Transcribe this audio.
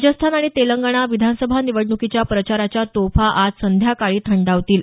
राजस्थान आणि तेलंगणा विधानसभा निवडणुकीच्या प्रचाराच्या तोफा आज संध्याकाळी थंडावतील